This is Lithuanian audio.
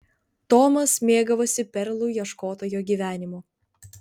tomas mėgavosi perlų ieškotojo gyvenimu